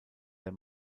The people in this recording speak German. der